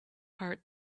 heart